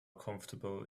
comfortable